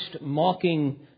mocking